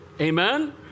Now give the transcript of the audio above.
Amen